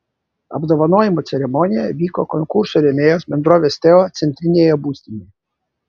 apdovanojimų ceremonija vyko konkurso rėmėjos bendrovės teo centrinėje būstinėje